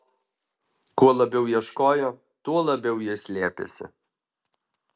kuo labiau ieškojo tuo labiau jie slėpėsi